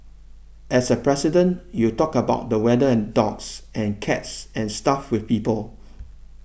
as a President you talk about the weather and dogs and cats and stuff with people